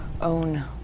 own